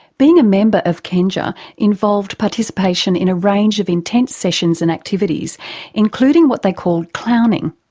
being a member of kenja involved participation in a range of intense sessions and activities including what they called klowning.